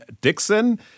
Dixon